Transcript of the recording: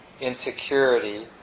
insecurity